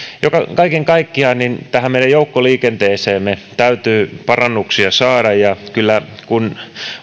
kaiken kaikkiaan tähän meidän joukkoliikenteeseemme täytyy parannuksia saada kyllä kun